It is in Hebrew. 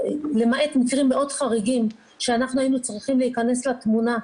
למעט מקרים מאוד חריגים שהיינו צריכים להכנס לתמונה,